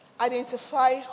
Identify